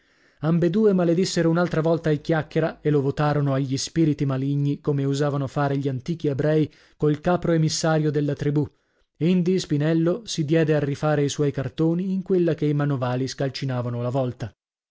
ambedue maledissero un'altra volta il chiacchiera e lo votarono agli spiriti maligni come usavano fare gli antichi ebrei col capro emissario della tribù indi spinello si diede a rifare i suoi cartoni in quella che i manovali scalcinavano la vòlta